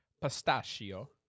Pistachio